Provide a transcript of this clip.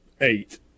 eight